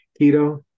Keto